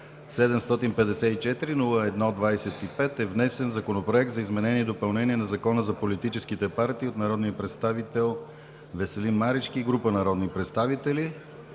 народния представител Веселин Марешки